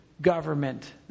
government